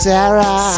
Sarah